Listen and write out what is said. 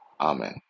amen